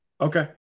okay